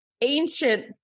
ancient